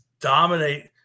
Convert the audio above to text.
dominate